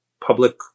public